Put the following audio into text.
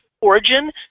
origin